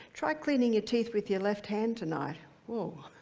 try cleaning your teeth with your left hand tonight.